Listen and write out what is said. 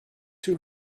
two